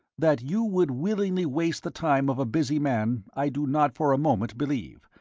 that you would willingly waste the time of a busy man i do not for a moment believe,